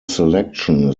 selection